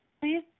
Please